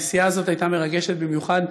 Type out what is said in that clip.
הנסיעה הזאת הייתה מרגשת במיוחד.